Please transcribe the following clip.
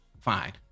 fine